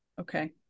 Okay